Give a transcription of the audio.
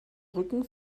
rücken